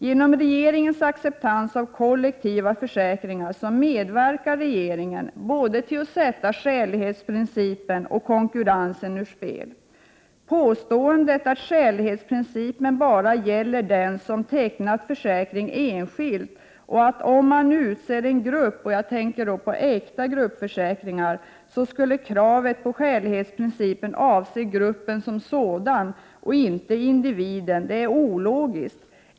Genom regeringens acceptans av kollektiva försäkringar medverkar regeringen till att sätta både skälighetsprincipen och konkurrensen ur spel. Påståendet att skälighetsprincipen bara gäller den som tecknar försäkring enskilt och att kravet på skälighetsprincipen skulle avse gruppen som sådan och inte individen, om en grupp utses till försäkringstagare — jag tänker då på äkta gruppförsäkringar — är ologiskt.